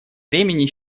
времени